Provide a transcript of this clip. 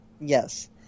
yes